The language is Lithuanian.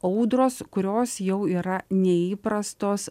audros kurios jau yra neįprastos